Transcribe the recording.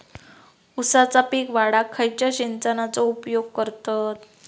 ऊसाचा पीक वाढाक खयच्या सिंचनाचो उपयोग करतत?